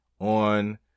on